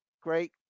great